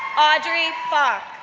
audrey fok,